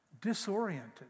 disoriented